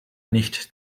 nicht